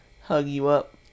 hug-you-up